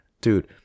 dude